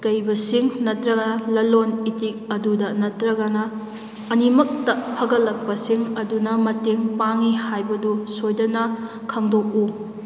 ꯀꯩꯕꯁꯤꯡ ꯅꯠꯇ꯭ꯔꯒ ꯂꯂꯣꯟ ꯏꯇꯤꯛ ꯑꯗꯨꯗ ꯅꯠꯇ꯭ꯔꯒꯅ ꯑꯅꯤꯃꯛꯇ ꯐꯒꯠꯂꯛꯄꯁꯤꯡ ꯑꯗꯨꯅ ꯃꯇꯦꯡ ꯄꯥꯡꯏ ꯍꯥꯏꯕꯗꯨ ꯁꯣꯏꯗꯅ ꯈꯪꯗꯣꯛꯎ